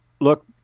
Look